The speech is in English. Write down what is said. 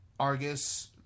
Argus